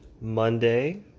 Monday